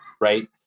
right